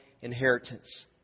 inheritance